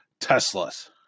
Teslas